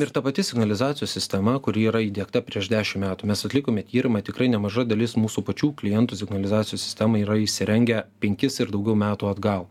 ir ta pati signalizacijos sistema kuri yra įdiegta prieš dešim metų mes atlikome tyrimą tikrai nemaža dalis mūsų pačių klientų signalizacijos sistemą yra įsirengę penkis ir daugiau metų atgal